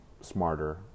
smarter